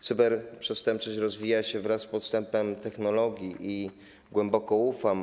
Cyberprzestępczość rozwija się wraz z postępem technologii i głęboko ufam.